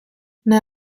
nel